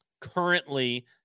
currently